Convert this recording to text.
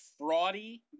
fraudy